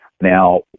Now